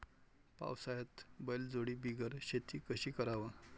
पावसाळ्यात बैलजोडी बिगर शेती कशी कराव?